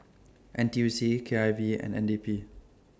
N T U C K I V and N D P